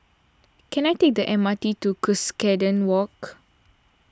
can I take the M R T to Cuscaden Walk